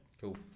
Cool